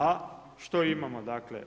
A što imamo dakle?